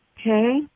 Okay